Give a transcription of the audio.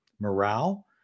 morale